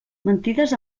mentides